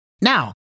Now